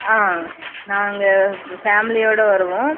ஆ நாங்கள் ஃபேம்லியோடு வருவோம்